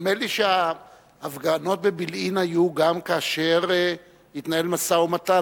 נדמה לי שההפגנות בבילעין היו גם כאשר התנהל משא-ומתן.